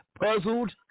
Puzzled